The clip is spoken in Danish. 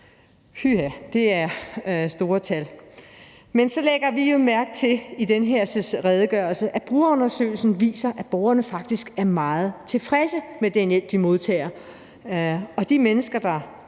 – det er store tal. Men så lægger vi jo mærke til i den her redegørelse, at brugerundersøgelsen viser, at borgerne faktisk er meget tilfredse med den hjælp, de modtager, og at de mennesker, der